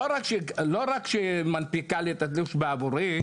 לא רק שהיא מנפיקה את התלוש בעבורי,